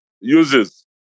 uses